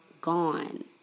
gone